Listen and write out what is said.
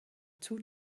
two